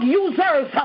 users